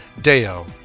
Deo